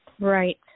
Right